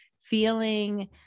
feeling